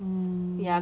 mm